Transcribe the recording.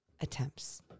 attempts